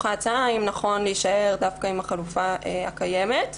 ההצעה אם נכון להישאר דווקא עם החלופה הקיימת,